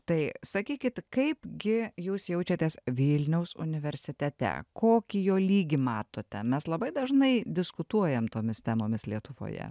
tai sakykit kaip gi jūs jaučiatės vilniaus universitete kokį jo lygį matote mes labai dažnai diskutuojam tomis temomis lietuvoje